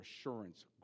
assurance